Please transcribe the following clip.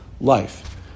life